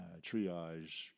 triage